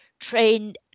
trained